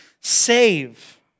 save